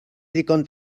ddigon